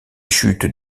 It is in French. chutes